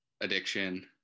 addiction